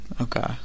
Okay